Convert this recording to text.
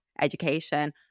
education